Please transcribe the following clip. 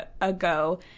ago